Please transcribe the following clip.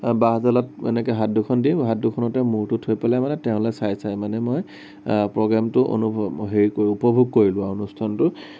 বাঁহডালত এনেকে হাত দুখন দি হাতখনতে মূৰতো থৈ পেলাই মানে তেওঁলে চাই চাই মানে মই প্ৰগ্ৰেমটো অনুভৱ হেৰি উপভোগ কৰিলো আৰু অনুষ্ঠানটো